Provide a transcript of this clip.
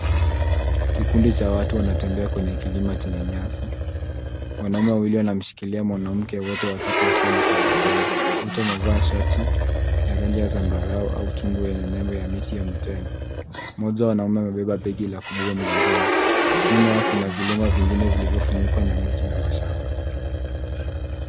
Kikundi cha watu wanatembea kwenye kilima chenye nyasi. Wanaume wawili wanamshikilia mwanamke wote wakiwa na tabasamu. Wote wamevaa shati ya rangi ya zambarau chungwa yenye nembo ya miti ya mitende. Mmoja wa wanaume amebeba begi la kubeba mgongoni. Nyuma yao kuna vilima vingine vilivyo funikwa na miti na mashamba.